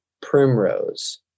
primrose